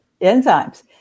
enzymes